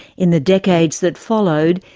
in the decades that followed,